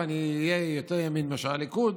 אני אהיה יותר ימין מאשר הליכוד,